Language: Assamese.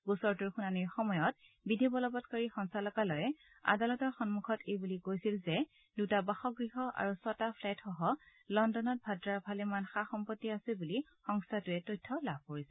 গোচৰটোৰ শুনানীৰ সময়ত বিধিবলবৎকাৰী সঞ্চালকালয়ে আদালতৰ সন্মখত এই বুলি কৈছিল যে দুটা বাসগ্যহ আৰু ছটা ফ্লেটসহ লণ্ডনত ভাদ্ৰাৰ ভালেমান সা সম্পত্তি আছে বুলি সংস্থাটোৱে তথ্য লাভ কৰিছে